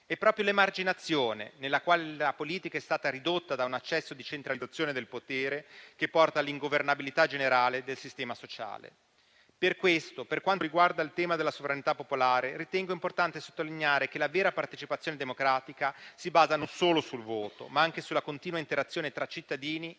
È proprio l'emarginazione nella quale la politica è stata ridotta da un eccesso di centralizzazione del potere che porta all'ingovernabilità generale del sistema sociale. Per questo, per quanto riguarda il tema della sovranità popolare, ritengo importante sottolineare che la vera partecipazione democratica si basa non solo sul voto, ma anche sulla continua interazione tra cittadini e